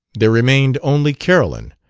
there remained only carolyn.